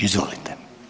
Izvolite.